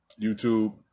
YouTube